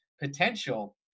potential